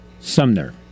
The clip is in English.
Sumner